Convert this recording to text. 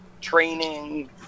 training